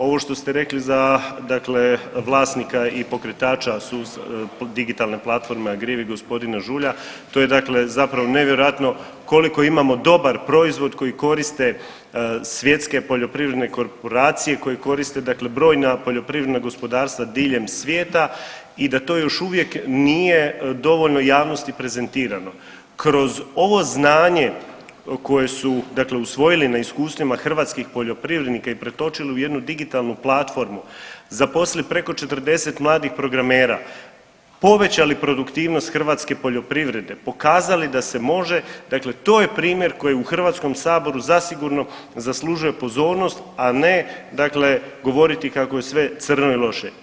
Ovo što ste rekli za dakle vlasnika i pokretača sustava, digitalne platforme AGRIVI gospodina Žulja to je dakle zapravo nevjerojatno koliko imamo dobar proizvod koji koriste svjetske poljoprivredne korporacije, koji koriste dakle brojna poljoprivredna gospodarstva diljem svijeta i da to još uvijek nije dovoljno prezentirano, kroz ovo znanje koje su usvojili na iskustvima hrvatskih poljoprivrednika i pretočili u jednu digitalnu platformu, zaposlili preko 40 mladih programera, povećali produktivnost hrvatske poljoprivrede, pokazali da se može dakle to je primjer koji u HS zasigurno zaslužuje pozornost, a ne govoriti kako je sve crno i loše.